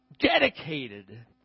dedicated